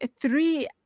three